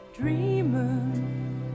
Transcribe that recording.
Dreaming